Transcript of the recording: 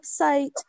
website